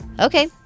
Okay